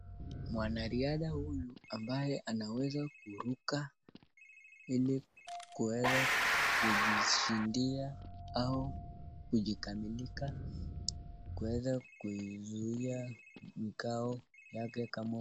Mwanariadha huyu ambaye anaweza kuruka ili kuweza kujishindia au kujikamilika, kuweza kuzuia kikao yake kama.